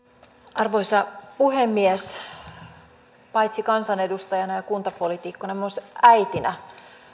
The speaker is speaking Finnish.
arvoisa puhemies paitsi kansanedustajana ja kuntapoliitikkona myös äitinä